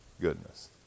goodness